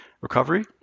recovery